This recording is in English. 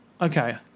Okay